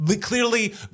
clearly